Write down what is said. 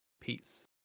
Peace